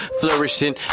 flourishing